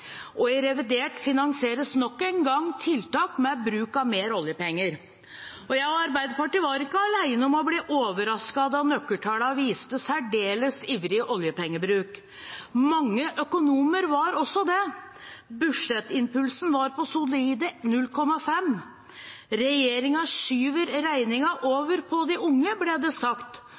Og i revidert finansieres nok en gang tiltak med bruk av mer oljepenger. Jeg og Arbeiderpartiet var ikke alene om å bli overrasket da nøkkeltallene viste særdeles ivrig oljepengebruk. Mange økonomer var også det. Budsjettimpulsen var på solide 0,5. Regjeringen skyver regningen over på de unge, ble det sagt,